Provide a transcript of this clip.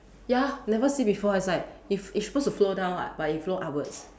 ya never see before it's like it's it's supposed to flow down [what] but it flow upwards